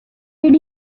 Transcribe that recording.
did